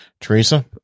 Teresa